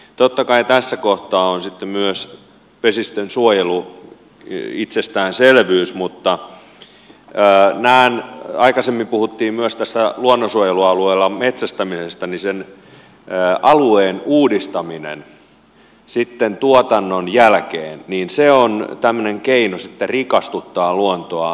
totta kai tässä kohtaa on myös vesistönsuojelu itsestäänselvyys mutta kun aikaisemmin puhuttiin myös luonnonsuojelualueella metsästämisestä niin sen alueen uudistaminen tuotannon jälkeen on tämmöinen keino rikastuttaa luontoa